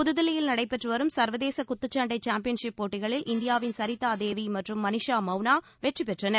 புதுதில்லியில் நடைபெற்று வரும் சர்வதேச மகளிர் குத்துச்சண்டை சாம்பியன்சிப் போட்டிகளில் இந்தியாவின் சரிதா தேவி மற்றும் மனிஷா மவுனா வெற்றி பெற்றனர்